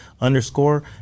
underscore